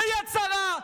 ביד שרה,